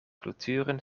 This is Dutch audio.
culturen